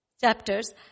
chapters